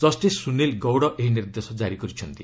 justice Sunil Gaud ଏହି ନିର୍ଦ୍ଦେଶ ଜାରି କରିଛନ୍ତି